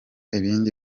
ibindi